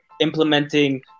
Implementing